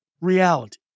reality